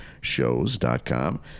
shows.com